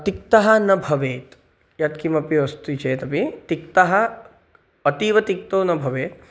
तिक्तः न भवेत् यत्किमपि अस्ति चेदपि तिक्तः अतीवतिक्तौ न भवेत्